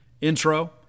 intro